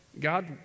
God